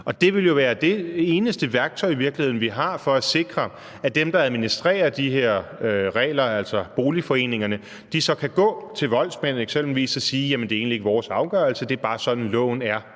være det eneste værktøj, vi har, til at sikre, at dem, der administrerer de her regler, altså boligforeningerne, så kan gå til eksempelvis voldsmænd og sige, at det egentlig ikke er deres afgørelse, at det bare er sådan, loven er.